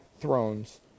thrones